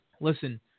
Listen